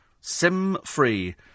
SIM-free